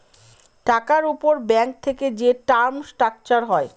টাকার উপর ব্যাঙ্ক থেকে যে টার্ম স্ট্রাকচার হয়